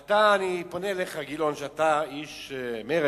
אני פונה אליך, גילאון, שאתה איש מרצ,